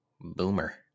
Boomer